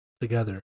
together